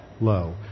low